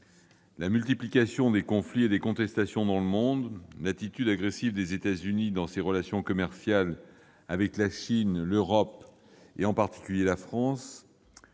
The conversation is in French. La multiplication des conflits et des contestations dans le monde, l'attitude agressive des États-Unis dans ses relations commerciales avec la Chine, l'Europe, en particulier la France,